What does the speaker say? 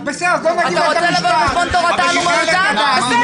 אתה רוצה לבוא על חשבון "תורתן ואמונתן", בסדר.